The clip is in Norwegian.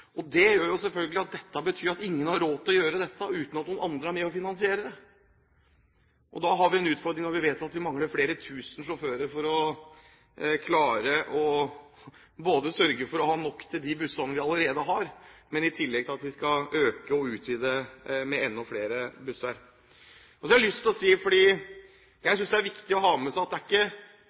Det betyr selvfølgelig at ingen har råd til å gjøre dette uten at noen andre er med og finansierer det. Da har vi en utfordring – når vi vet at vi mangler flere tusen sjåfører – med å klare å sørge for å ha nok til de bussene vi allerede har, i tillegg til at vi skal øke og utvide med enda flere busser. Så har jeg lyst til å si at jeg synes det er viktig å ha med seg at